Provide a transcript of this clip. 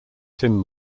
tim